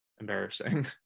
embarrassing